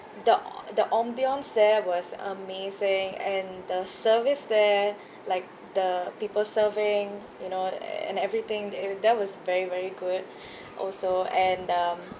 the the ambience there was amazing and the service there like the people serving you know a~ and everything there there was very very good also and um